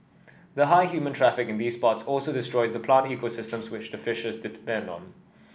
the high human traffic in these spots also destroys the plant ecosystems which the fishes depend on